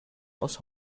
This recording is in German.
aus